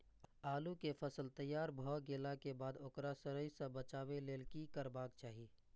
आलू केय फसल तैयार भ गेला के बाद ओकरा सड़य सं बचावय लेल की करबाक चाहि?